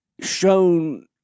shown